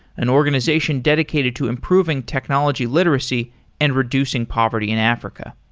an organization dedicated to improving technology literacy and reducing poverty in africa.